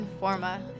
Informa